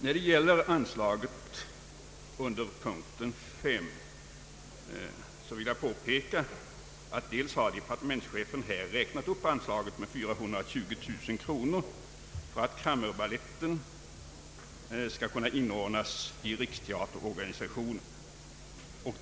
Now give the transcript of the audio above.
När det gäller anslagen under punkt 3 vill jag påpeka att departementschefen har räknat upp anslaget med 420 000 kronor för att Cramérbaletten skall kunna inordnas i riksteaterorganisationen.